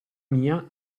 mia